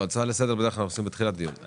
הצעה לסדר עושים בדרך כלל בתחילת דיון.